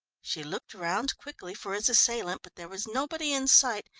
she looked round quickly for his assailant, but there was nobody in sight,